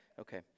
Okay